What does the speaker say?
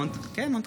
כבר